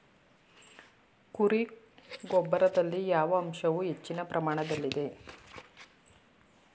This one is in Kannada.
ಕುರಿ ಗೊಬ್ಬರದಲ್ಲಿ ಯಾವ ಅಂಶವು ಹೆಚ್ಚಿನ ಪ್ರಮಾಣದಲ್ಲಿದೆ?